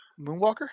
Moonwalker